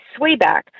swayback